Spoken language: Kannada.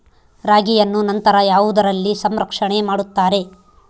ರಾಗಿಯನ್ನು ನಂತರ ಯಾವುದರಲ್ಲಿ ಸಂರಕ್ಷಣೆ ಮಾಡುತ್ತಾರೆ?